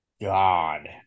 god